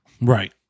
Right